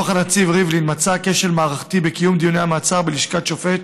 דוח הנציב ריבלין מצא כשל מערכתי בקיום דיוני מעצר בלשכת שופט